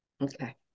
Okay